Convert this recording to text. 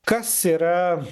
kas yra